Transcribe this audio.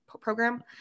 program